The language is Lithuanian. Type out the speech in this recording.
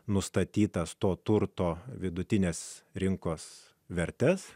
nustatytas to turto vidutines rinkos vertes